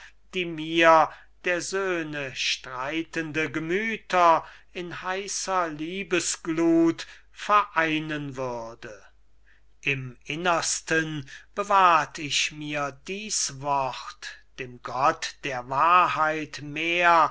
die mir der söhne streitende gemüther in heißer liebesgluth vereinen würde im innersten bewahrt ich mir dies wort dem gott der wahrheit mehr